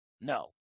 No